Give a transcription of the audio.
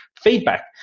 feedback